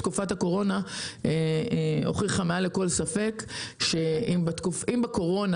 בקורונה למדנו מעל לכל ספק שאם בקורונה